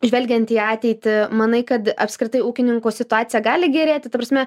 žvelgiant į ateitį manai kad apskritai ūkininkų situacija gali gerėti ta prasme